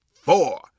four